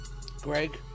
Greg